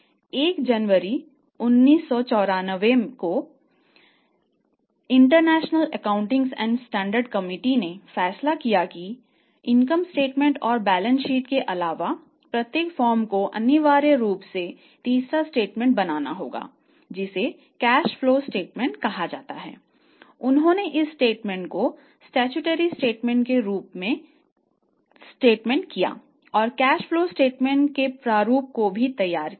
1 जनवरी 1994 को international accountings and standard committee के प्रारूप को भी तैयार किया